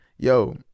Yo